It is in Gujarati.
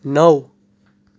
નવ